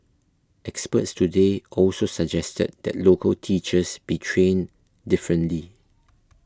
experts today also suggested that local teachers be trained differently